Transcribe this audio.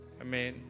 Amen